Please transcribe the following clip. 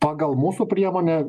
pagal mūsų priemonę